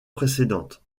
précédente